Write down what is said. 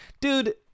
Dude